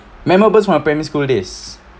memorable is my primary school days